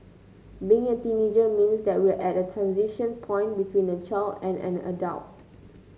being a teenager means that we're at a transition point between a child and an adult